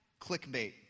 clickbait